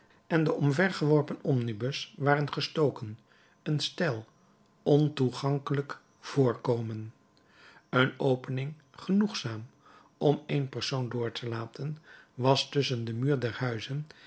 en den omvergeworpen omnibus waren gestoken een steil ontoegankelijk voorkomen een opening genoegzaam om één persoon door te laten was tusschen den muur der huizen